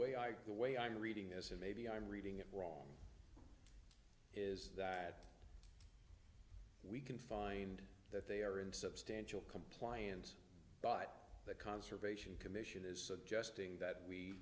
like the way i'm reading this and maybe i'm reading it wrong is that we can find that they are in substantial compliance but the conservation commission is suggesting that we